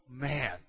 man